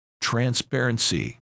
transparency